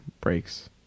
breaks